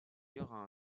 eurent